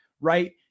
right